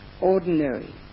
ordinary